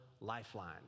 lifeline